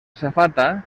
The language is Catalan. safata